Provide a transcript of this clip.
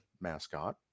mascot